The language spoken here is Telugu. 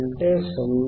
అంటే 0